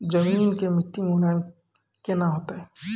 जमीन के मिट्टी मुलायम केना होतै?